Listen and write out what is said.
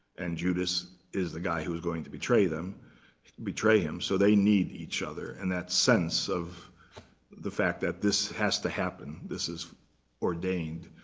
and judas is the guy who is going to betray them betray him. so they need each other, and that sense of the fact that this has to happen, this is ordained,